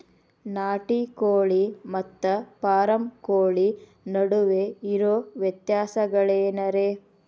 ನಾಟಿ ಕೋಳಿ ಮತ್ತ ಫಾರಂ ಕೋಳಿ ನಡುವೆ ಇರೋ ವ್ಯತ್ಯಾಸಗಳೇನರೇ?